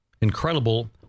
incredible